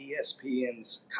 ESPN's